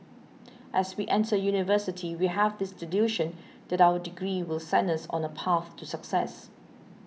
as we enter University we have this delusion that our degree will send us on a path to success